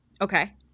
Okay